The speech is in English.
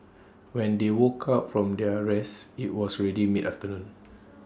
when they woke up from their rest IT was already mid afternoon